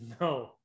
No